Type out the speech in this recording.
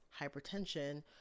hypertension